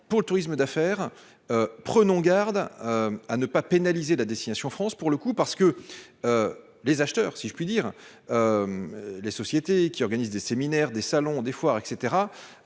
pour le tourisme d'affaires, prenons garde à ne pas pénaliser la destination France, pour le coup, parce que les acheteurs si je puis dire, les sociétés qui organise des séminaires, des salons, des foires et